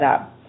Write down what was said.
up